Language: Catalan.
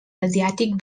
asiàtic